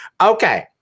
okay